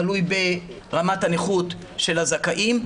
תלוי ברמת הנכות של הזכאים.